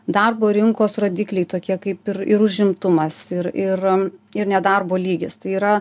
darbo rinkos rodikliai tokie kaip ir ir užimtumas ir ir ir nedarbo lygis tai yra